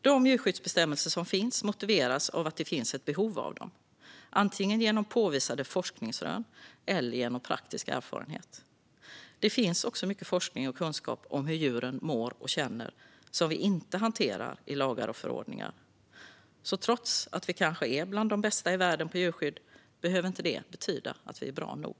De djurskyddsbestämmelser som finns motiveras av att det finns ett behov av dem, antingen genom påvisade forskningsrön eller genom praktisk erfarenhet. Det finns också mycket forskning och kunskap om hur djuren mår och känner som vi inte hanterar i lagar och förordningar. Så trots att vi kanske är bland de bästa i världen på djurskydd behöver inte det betyda att vi är bra nog.